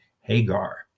Hagar